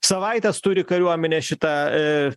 savaites turi kariuomenė šitą